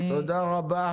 תודה רבה.